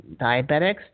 Diabetics